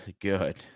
good